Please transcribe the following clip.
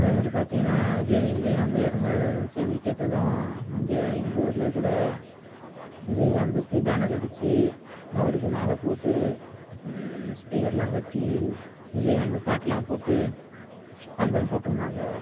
அதே மாதிரி பார்த்தீங்கன்னா விஜய் விஜயகாந்த் இறந்த செய்தி கேட்டதும் இங்கே எங்கள் ஊர்லேயே கூட விஜயகாந்துக்கு பேனர் அடித்து அவருக்கு மாலை போட்டு ஸ்பீக்கர் எல்லாம் கட்டி விஜயகாந்து பாட்டுலாம் போட்டு பந்தல் போட்டுருந்தாங்க